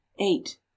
Eight